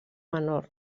menor